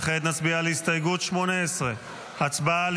וכעת נצביע על הסתייגות 18. הצבעה על